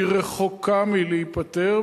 היא רחוקה מלהיפתר,